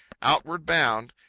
outward bound,